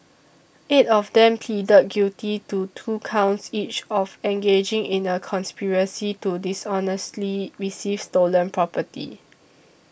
eight of them pleaded guilty to two counts each of engaging in a conspiracy to dishonestly receive stolen property